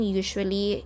usually